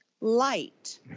light